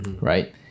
right